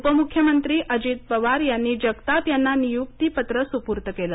उपमुख्यमंत्री अजित पवार यांनी जगताप यांना नियुक्ती पत्र सुपूर्द केलं